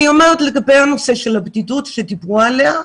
אני אומרת לגבי הנושא של הבדידות, שדיברו עליה.